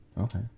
Okay